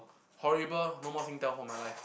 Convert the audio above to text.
horrible no more Singtel for my life